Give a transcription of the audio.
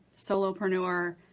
solopreneur